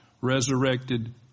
resurrected